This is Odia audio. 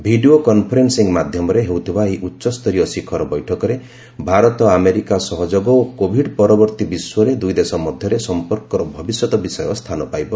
ଭିଡ଼ିଓ କନ୍ଫରେନ୍ ି ମାଧ୍ୟମରେ ହେଉଥିବା ଏହି ଉଚ୍ଚସରୀୟ ଶିଖର ବୈଠକରେ ଭାରତ ଆମେରିକା ସହଯୋଗ ଓ କୋଭିଡ୍ ପରବର୍ତ୍ତୀ ବିଶ୍ୱରେ ଦୁଇ ଦେଶ ମଧ୍ୟରେ ସମ୍ପର୍କର ଭବିଷ୍ୟତ ବିଷୟ ସ୍ଥାନ ପାଇବ